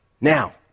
Now